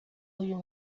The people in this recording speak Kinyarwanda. uyu